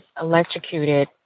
electrocuted